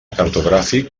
cartogràfic